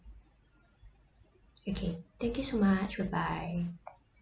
okay thank you so much bye bye